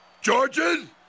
georgian